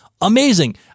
Amazing